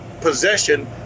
possession